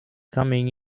coming